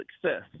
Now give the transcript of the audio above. success